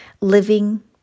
living